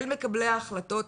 אל מקבלי ההחלטות,